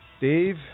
Dave